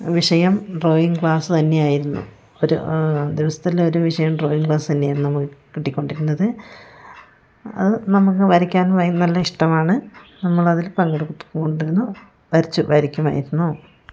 വിഷയം drawing class തന്നെയായിരുന്നു ഒരു ദിവസത്തിൽ ഒരു വിഷയം ഡ്രോയിങ്ങ് ക്ലാസ് തന്നെയായിരുന്നു നമുക്ക് കിട്ടിക്കൊണ്ടിരുന്നത് അത് നമുക്ക് വരയ്ക്കാനും വയ നല്ല ഇഷ്ടമാണ് നമ്മളതിൽ പങ്കെടുത്തു കൊണ്ടിരുന്നു വരച്ചു വരയ്ക്കുമായിരുന്നു